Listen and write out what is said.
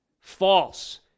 false